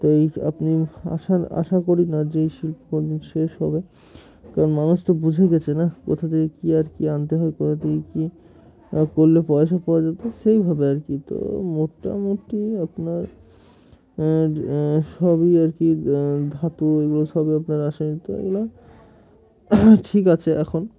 তো এই আপনি আসা আশা করি না যে এই শিল্পকণ শেষ হবে কারণ মানুষ তো বুঝে গেছে না কোথা থেকে কিী আর কি আনতে হয় কোথা থেকে কিী করলে পয়সা পাওয়া যেত সেইভাবে আর কি তো মোটামুটি আপনার সবই আর কি ধাতু এগুলো সবই আপনার রসায়নিক তো এগুলো ঠিক আছে এখন